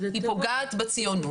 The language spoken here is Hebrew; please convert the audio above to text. היא פוגעת בציונות,